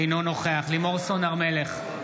אינו נוכח לימור סון הר מלך,